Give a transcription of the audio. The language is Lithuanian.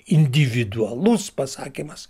individualus pasakymas